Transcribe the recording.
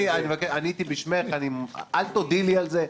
אז עניתי בשמך, אל תודי לי על זה.